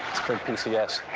sprint pcs.